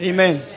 Amen